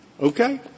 Okay